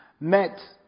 Met